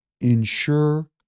ensure